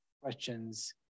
questions